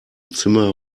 zimmer